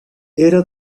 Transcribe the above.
era